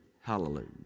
Hallelujah